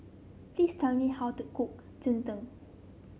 please tell me how to cook Cheng Tng